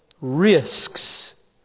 risks